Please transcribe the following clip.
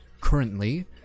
Currently